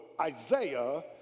Isaiah